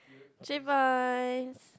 three points